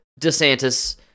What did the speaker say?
DeSantis